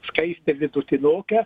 skaistė vidutiniokė